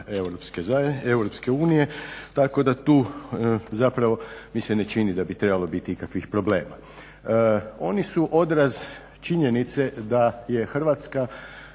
s zahtjevima EU tako da tu zapravo mi se ne čini da bi trebalo biti ikakvih problema. Oni su odraz činjenice da je Hrvatska